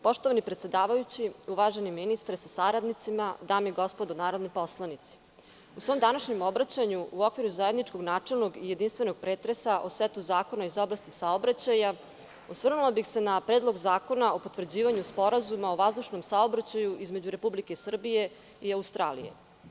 Poštovani predsedavajući, uvaženi ministre sa saradnicima, dame i gospodo narodni poslanici, u svom današnjem obraćanju u okviru zajedničkog načelnog i jedinstvenog pretresa o setu zakona iz oblasti saobraćaja osvrnula bih se na Predlog zakona o potvrđivanju Sporazuma o vazdušnom saobraćaju između Republike Srbije i Australije.